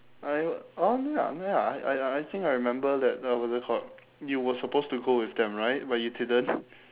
I oh ya oh ya I I I think I remember that uh what is it called you were supposed to go with them right but you didn't